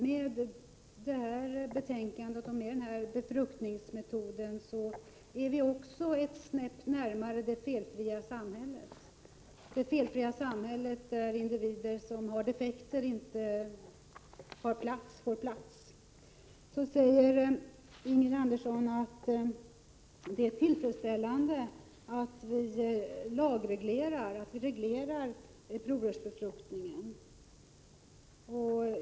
Med det här betänkandet och den här befruktningsmetoden kommer vi också ett snäpp närmare det felfria samhället, där individer som har defekter inte får plats. Ingrid Andersson säger att det är tillfredsställande att vi nu lagreglerar verksamheten med provrörsbefruktning.